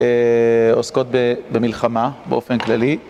עוסקות במלחמה באופן כללי